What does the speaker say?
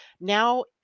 now